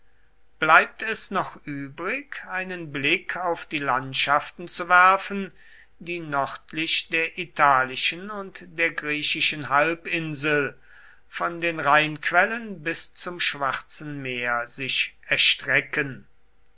bleibt es noch übrig einen blick auf die landschaften zu werfen die nördlich der italischen und der griechischen halbinsel von den rheinquellen bis zum schwarzen meer sich erstrecken